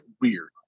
weird